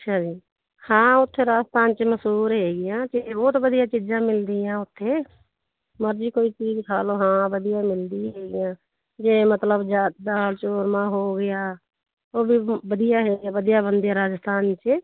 ਅੱਛਾ ਜੀ ਹਾਂ ਉੱਥੇ ਰਾਜਸਥਾਨ 'ਚ ਮਸੂਰ ਹੈਗੀ ਆ ਅਤੇ ਬਹੁਤ ਵਧੀਆ ਚੀਜ਼ਾਂ ਮਿਲਦੀਆਂ ਉੱਥੇ ਮਰਜ਼ੀ ਕੋਈ ਚੀਜ਼ ਖਾ ਲਓ ਹਾਂ ਵਧੀਆ ਮਿਲਦੀ ਹੈਗੀ ਆ ਜੇ ਮਤਲਬ ਜਾ ਦਾਲ ਚੂਰਮਾ ਉਹ ਹੋ ਗਿਆ ਉਹ ਵੀ ਵਧੀਆ ਹੈਗੇ ਵਧੀਆ ਬਣਦੇ ਰਾਜਸਥਾਨ 'ਚ